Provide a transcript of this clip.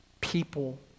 people